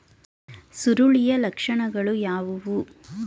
ಸುರುಳಿಯ ಲಕ್ಷಣಗಳು ಯಾವುವು?